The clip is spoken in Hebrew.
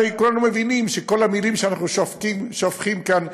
הרי כולנו מבינים שכל המילים שאנחנו שופכים כאן,